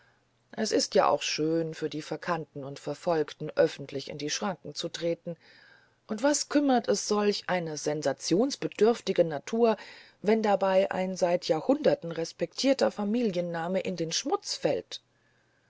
es ist ja auch gar schön für die verkannten und verfolgten öffentlich in die schranken zu treten und was kümmert es solch eine sensationsbedürftige natur wenn dabei ein seit jahrhunderten respektierter familienname in den schmutz fällt